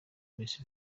las